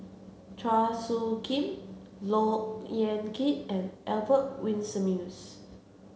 Chua Soo Khim Look Yan Kit and Albert Winsemius